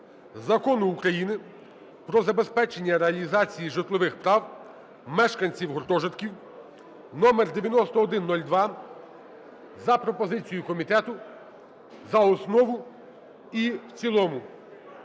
Закону України "Про забезпечення реалізації житлових прав мешканців гуртожитків" (№ 9102), за пропозицією комітету, за основу і в цілому.